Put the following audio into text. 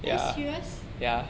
are you serious